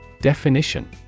Definition